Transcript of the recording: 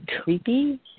creepy